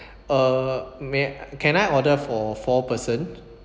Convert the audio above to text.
uh may can I order for four person